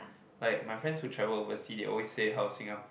like my friends who travel overseas they always say how Singapore